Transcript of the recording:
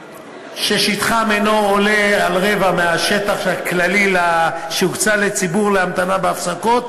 ששטחם אינו עולה על רבע מהשטח הכללי שהוקצה לציבור להמתנה בהפסקות,